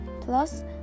Plus